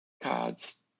cards